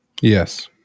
Yes